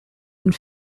and